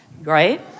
Right